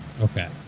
okay